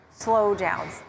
slowdowns